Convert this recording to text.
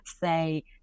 say